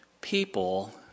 people